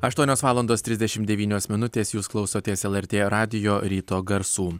aštuonios valandos trisdešimt devynios minutės jūs klausotės lrt radijo ryto garsų